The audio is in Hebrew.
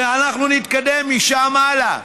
ואנחנו נתקדם משם הלאה.